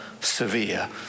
severe